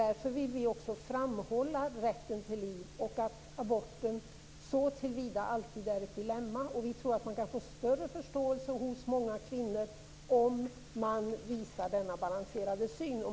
Därför vill vi också framhålla rätten till liv och att aborten så till vida alltid är ett dilemma. Vi tror att man kan få större förståelse hos många kvinnor om man visar denna balanserade syn.